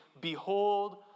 behold